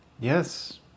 Yes